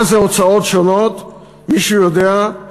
מה זה "הוצאות שונות", מישהו יודע?